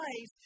life